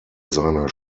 seiner